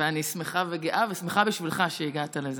אני שמחה וגאה בשבילך שהגעת לזה.